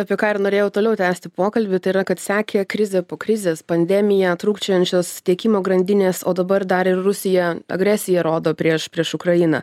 apie ką ir norėjau toliau tęsti pokalbį tai yra kad sekė krizė po krizės pandemija trūkčiojančios tiekimo grandinės o dabar dar ir rusija agresiją rodo prieš prieš ukrainą